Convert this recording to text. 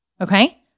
Okay